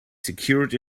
secured